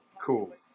Cool